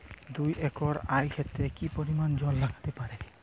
দুই একর আক ক্ষেতে কি পরিমান জল লাগতে পারে?